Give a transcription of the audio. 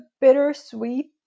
bittersweet